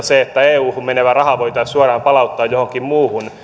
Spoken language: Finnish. se että euhun menevä raha voitaisiin suoraan palauttaa johonkin muuhun